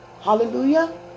Hallelujah